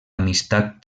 amistat